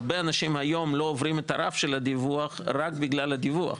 הרבה אנשים היום לא עוברים את הרף של הדיווח רק בגלל הדיווח,